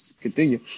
continue